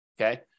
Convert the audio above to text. Okay